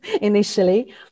initially